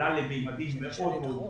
עלה לממדים מאוד מאוד גבוהים.